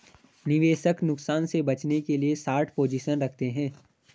निवेशक नुकसान से बचने के लिए शार्ट पोजीशन रखते है